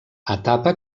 etapa